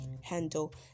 handle